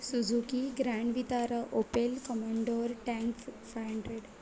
Suzuki grand Vitara Opel commander tan five hundred